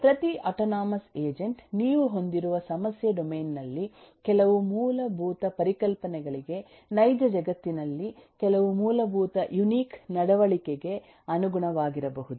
ಪ್ರತಿ autonomous agent ನೀವು ಹೊಂದಿರುವ ಸಮಸ್ಯೆ ಡೊಮೇನ್ ನಲ್ಲಿ ಕೆಲವು ಮೂಲಭೂತ ಪರಿಕಲ್ಪನೆಗಳಿಗೆ ನೈಜ ಜಗತ್ತಿನಲ್ಲಿ ಕೆಲವು ಮೂಲಭೂತ ಯುನಿಕ್ ನಡವಳಿಕೆಗೆ ಅನುಗುಣವಾಗಿರಬೇಕು